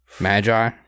magi